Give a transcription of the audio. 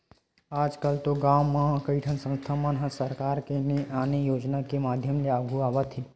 आजकल तो गाँव मन म कइठन संस्था मन ह सरकार के ने आने योजना के माधियम ले आघु आवत हे